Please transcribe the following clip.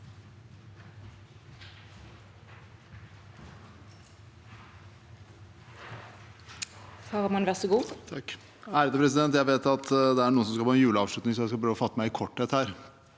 (H) Jeg vet at det er noen som skal på en juleavslutning, så jeg skal prøve å fatte meg i korthet her.